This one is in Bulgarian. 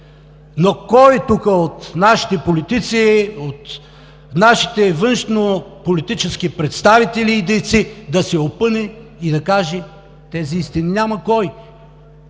Но кой тук от нашите политици, от нашите външнополитически представители и дейци да се опъне и да каже тези истини? Няма кой!